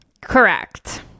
correct